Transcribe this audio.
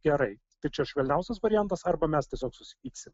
gerai tačiau švelniausias variantas arba mes tiesiog susipyksim